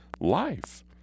life